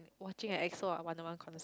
watching an EXO or Wanna-One concert